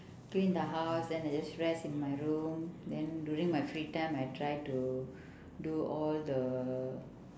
clean the house then I just rest in my room then during my free time I try to do all the